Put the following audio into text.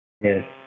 Yes